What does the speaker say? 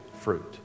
fruit